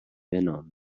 نام